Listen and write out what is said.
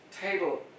table